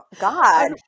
God